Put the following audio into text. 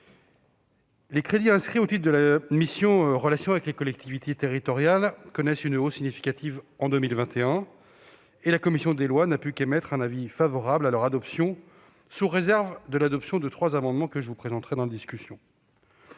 les crédits inscrits au titre de la mission « Relations avec les collectivités territoriales » connaissant une hausse significative pour 2021, la commission des lois n'a pu qu'émettre un avis favorable à leur adoption, sous réserve de l'adoption de trois amendements que je vous présenterai. S'il est